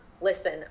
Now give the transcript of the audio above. listen